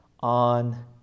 On